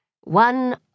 One